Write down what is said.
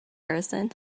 person